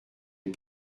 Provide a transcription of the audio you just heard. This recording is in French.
est